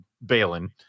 Balin